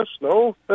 no